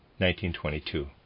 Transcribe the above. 1922